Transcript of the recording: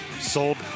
sold